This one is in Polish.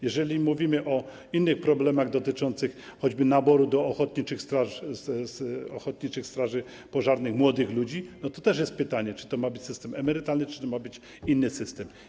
Jeżeli mówimy o innych problemach dotyczących choćby naboru do ochotniczych straży pożarnych młodych ludzi, to też jest pytanie, czy to ma być system emerytalny, czy to ma być inny system.